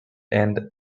and